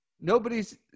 Nobody's